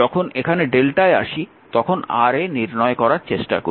যখন এখানে Δ এ আসি তখন Ra নির্ণয় করার চেষ্টা করি